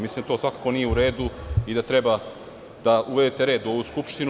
Mislim da to svakako nije u redu i da treba da uvedete red u ovu Skupštinu.